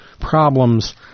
problems